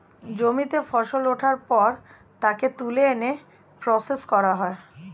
জমিতে ফসল ওঠার পর তাকে তুলে এনে প্রসেস করা হয়